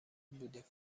بودیم